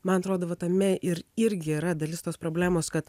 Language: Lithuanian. man atrodo va tame ir irgi yra dalis tos problemos kad